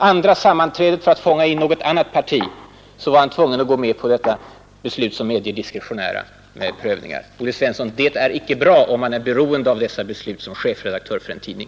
Andra sammanträdet var han, för att fånga in något annat parti, tvungen att gå med på detta beslut som medger diskretionära prövningar. Olle Svensson, detta är icke bra, om man är beroende av dessa beslut som chefredaktör för en tidning.